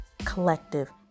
collective